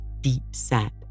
deep-set